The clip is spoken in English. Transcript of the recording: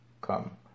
come